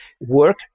work